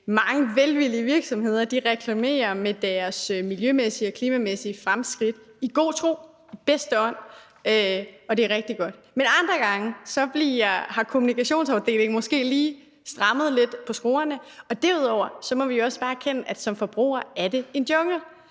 mange velvillige virksomheder reklamerer med deres miljømæssige og klimamæssige fremskridt i god tro, i bedste ånd, og det er rigtig godt, men andre gange har kommunikationsafdelingen måske lige strammet skruen lidt. Derudover må vi også bare erkende, at for forbrugeren er det en jungle.